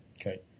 Okay